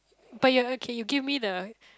but you're okay you give me the